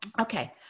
Okay